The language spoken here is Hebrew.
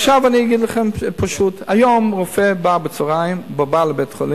עכשיו אגיד לכם פשוט: היום רופא בא בצהריים לבית-החולים,